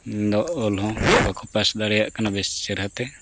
ᱤᱧᱫᱚ ᱚᱞᱦᱚᱸ ᱵᱟᱠᱚ ᱯᱟᱥ ᱫᱟᱲᱮᱭᱟᱜ ᱠᱟᱱᱟ ᱵᱮᱥ ᱪᱮᱦᱨᱟ ᱛᱮ